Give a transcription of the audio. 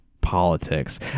politics